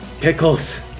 Pickles